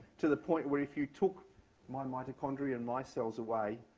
to the point where if you took my mitochondrion micelles away,